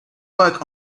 work